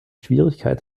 schwierigkeit